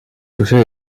toucher